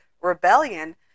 rebellion